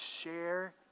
share